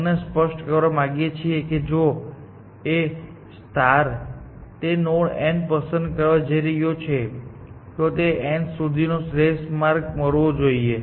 અમે સ્પષ્ટ કરવા માંગીએ છીએ કે જો એ તે નોડ n પસંદ કરવા જઈ રહ્યો છે તો તેને n સુધી નો શ્રેષ્ઠ માર્ગ મેળવવો જોઈએ